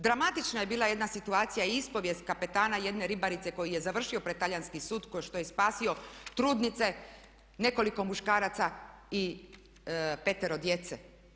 Dramatična je bila jedna situacija i ispovijest kapetana jedne ribarice koji je završio pred talijanski sud, što je spasio trudnice nekoliko muškaraca i petero djece.